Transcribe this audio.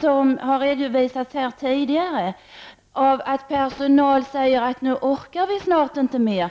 som har redovisats här tidigare, om att personal säger att nu orkar vi snart inte mer.